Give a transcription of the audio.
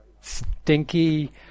stinky